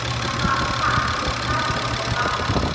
i thought perhaps you didn't have cake very often.